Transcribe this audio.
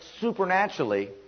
supernaturally